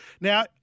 Now